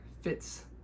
fits